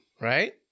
Right